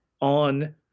on